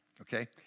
Okay